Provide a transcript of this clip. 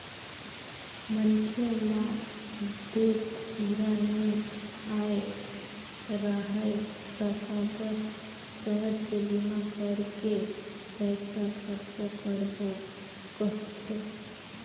मनखे म दूख पीरा नइ आय राहय त काबर सहज के बीमा करके पइसा खरचा करबो कहथे